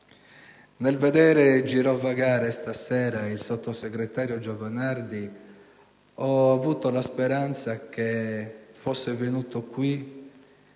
Nel veder girovagare questa sera il sottosegretario Giovanardi ho avuto la speranza che fosse venuto qui